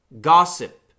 gossip